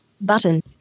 Button